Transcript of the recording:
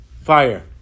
fire